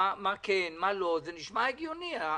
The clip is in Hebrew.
החוק נשמע הגיוני.